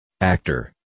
Actor